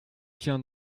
tiens